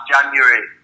January